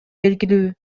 белгилүү